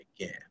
again